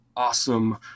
Awesome